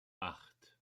acht